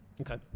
Okay